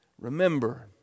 Remember